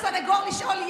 תקציב מיגון הצפון,